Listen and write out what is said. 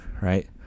right